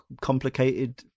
complicated